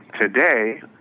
Today